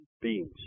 beings